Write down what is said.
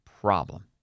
problem